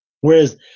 Whereas